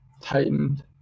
tightened